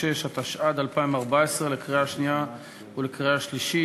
עבירות המתה ורשלנות),